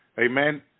Amen